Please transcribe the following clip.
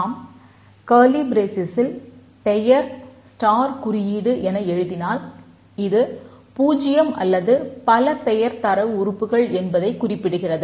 நாம் பெயர் என எழுதினால் அது 0 அல்லது பல பெயர் தரவு உறுப்புக்கள் என்பதைக் குறிப்பிடுகிறது